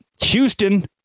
Houston